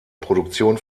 produktion